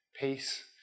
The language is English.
peace